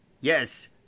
Yes